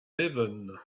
devon